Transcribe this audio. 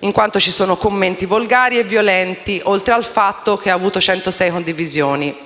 in quanto ci sono commenti volgari e violenti, oltre al fatto che ha avuto 106 condivisioni.